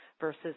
versus